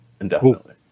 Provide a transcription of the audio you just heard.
indefinitely